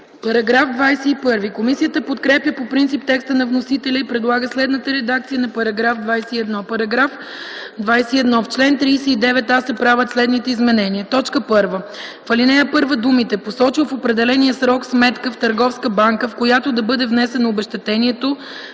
ФИДОСОВА: Комисията подкрепя по принцип текста на вносителя и предлага следната редакция на § 21: „§ 21. В чл. 39а се правят следните изменения: 1. В ал. 1 думите „посочил в определения срок сметка в търговска банка, в която да бъде внесено обезщетението”